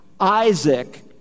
Isaac